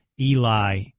Eli